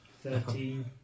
Thirteen